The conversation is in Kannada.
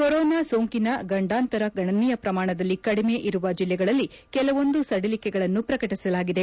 ಕೊರೋನಾ ಸೋಂಕಿನ ಗಂಡಾಂತರ ಗಣನೀಯ ಪ್ರಮಾಣದಲ್ಲಿ ಕಡಿಮೆ ಇರುವ ಜಿಲ್ಲೆಗಳಲ್ಲಿ ಕೆಲವೊಂದು ಸಡಿಲಿಕೆಗಳನ್ನು ಪ್ರಕಟಿಸಲಾಗಿದೆ